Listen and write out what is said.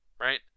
right